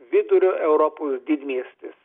vidurio europos didmiestis